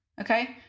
okay